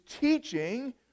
teaching